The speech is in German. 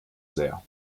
sehr